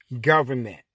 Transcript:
government